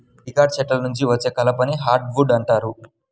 dicot చెట్ల నుండి వచ్చే కలపని హార్డ్ వుడ్ అంటారు